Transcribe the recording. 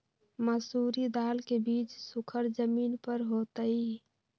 मसूरी दाल के बीज सुखर जमीन पर होतई?